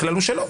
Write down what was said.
הכלל הוא שלא.